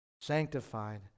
Sanctified